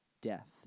death